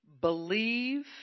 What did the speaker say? Believe